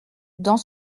dans